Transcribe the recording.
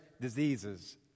diseases